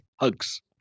Hugs